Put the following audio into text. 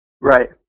Right